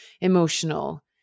emotional